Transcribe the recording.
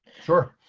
sure.